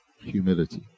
humility